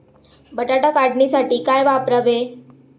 बटाटा काढणीसाठी काय वापरावे?